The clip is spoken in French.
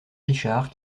richard